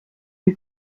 lui